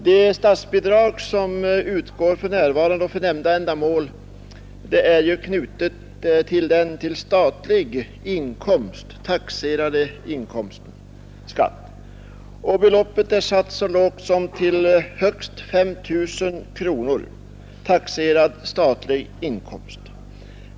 Det statsbidrag som utgår för närvarande för nämnda ändamål är knutet till den till statlig inkomstskatt taxerade inkomsten. Beloppet är satt så lågt som till högst 5 000 kronor.